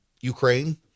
Ukraine